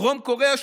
דרום קוריאה,